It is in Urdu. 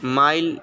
مائل